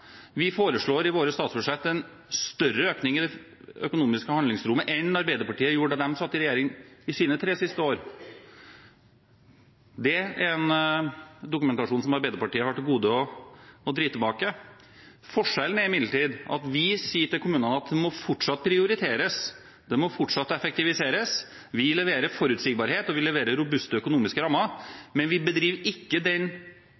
vi foreslår i vårt statsbudsjett en større økning i det økonomiske handlingsrommet enn Arbeiderpartiet gjorde da de satt i regjering i sine tre siste år. Dette er dokumentasjon som Arbeiderpartiet har til gode å drive tilbake. Forskjellen er imidlertid at vi sier til kommunene at det må fortsatt prioriteres, det må fortsatt effektiviseres. Vi leverer forutsigbarhet, vi leverer robuste økonomiske rammer, men vi bedriver ikke den